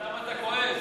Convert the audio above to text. אבל למה אתה כועס?